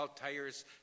tires